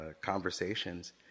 conversations